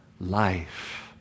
life